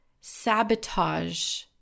sabotage